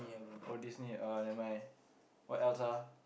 oh Disney uh nevermind what else ah